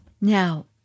Now